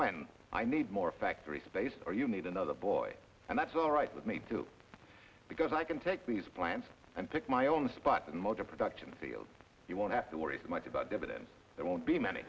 when i need more factory space or you need another boy and that's alright with me too because i can take these plants and pick my own spots and motor production field you won't have to worry so much about dividends that won't be many